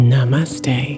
Namaste